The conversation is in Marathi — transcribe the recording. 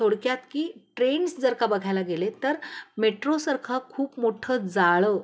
थोडक्यात की ट्रेन्स जर का बघायला गेले तर मेट्रोसारखं खूप मोठं जाळं